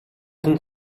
хүн